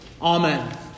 Amen